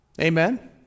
Amen